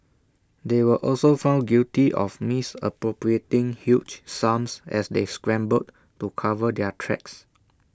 they were also found guilty of misappropriating huge sums as they scrambled to cover their tracks